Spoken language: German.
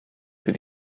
für